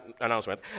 announcement